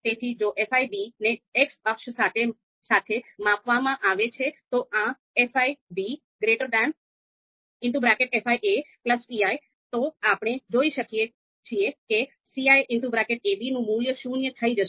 તેથી જો fi ને X અક્ષ સાથે માપવામાં આવે છે જો આ fifipi તો આપણે જોઈ શકીએ છીએ કે ciab નું મૂલ્ય શૂન્ય થઈ જશે